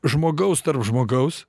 žmogaus tarp žmogaus